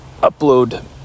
upload